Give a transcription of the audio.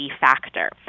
factor